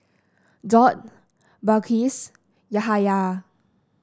Daud Balqis Yahaya